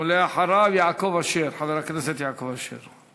אחריו, חבר הכנסת יעקב אשר,